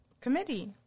Committee